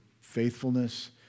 faithfulness